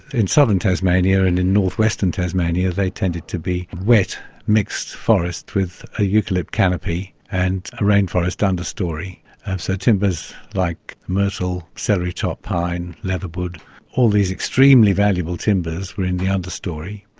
in southern tasmania and in northwestern tasmania they tended to be wet mixed forests with a eucalypt canopy and a rainforest understorey so timbers like myrtle, celery top pine, leatherwood all these extremely valuable timbers were in the understorey.